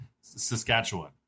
Saskatchewan